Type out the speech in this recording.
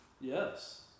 Yes